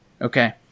okay